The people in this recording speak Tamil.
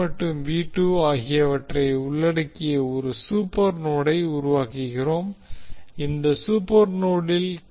மற்றும் ஆகியவற்றை உள்ளடக்கிய ஒரு சூப்பர் நோடை உருவாக்குகிறோம் இந்த சூப்பர்நோடில் கே